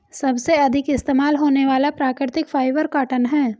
सबसे अधिक इस्तेमाल होने वाला प्राकृतिक फ़ाइबर कॉटन है